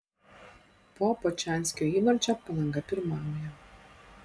po bačanskio įvarčio palanga pirmauja